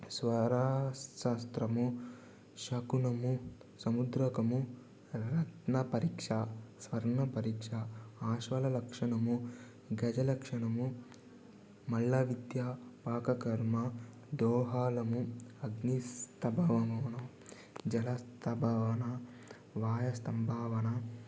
స్వర శాస్త్రము శకునము సముద్రకము రత్న పరీక్ష స్వర్ణ పరీక్ష అస్వాల లక్షణము గజలక్షణము మల్లవిద్య పాక కర్మ దోహాలము అగ్ని స్తభవనము జల స్తభవన వాయు స్తంభావన